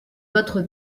votre